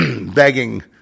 begging